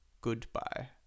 goodbye